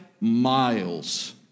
miles